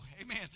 amen